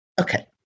Okay